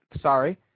Sorry